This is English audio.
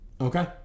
Okay